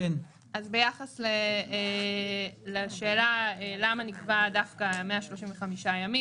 ביחס לשאלה למה נקבעו דווקא 135 ימים,